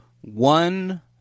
One